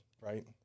right